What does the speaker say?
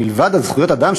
מלבד זכויות האדם,